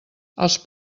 els